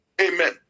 Amen